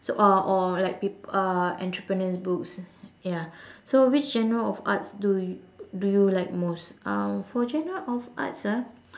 so uh or like peop~ uh entrepreneur books ya so which genre of arts do you do you like most um for genre of arts ah